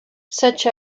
such